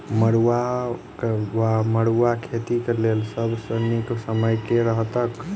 मरुआक वा मड़ुआ खेतीक लेल सब सऽ नीक समय केँ रहतैक?